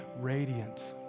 radiant